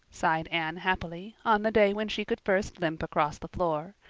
sighed anne happily, on the day when she could first limp across the floor.